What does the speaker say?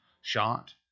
shot